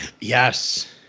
Yes